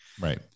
right